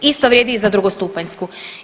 Isto vrijedi i za drugostupanjsku.